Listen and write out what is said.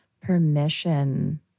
permission